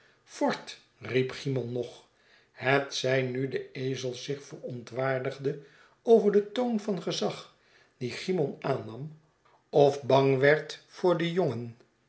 riep cymon nog hetzij nu de ezel zich verontwaardigde over den toon van gezag dien cymon aannam of bang werd voor den jongen